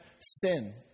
sin